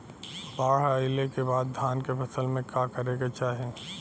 बाढ़ आइले के बाद धान के फसल में का करे के चाही?